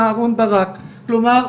בעקבות כל האירוע הזה,